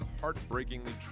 heartbreakingly